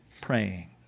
praying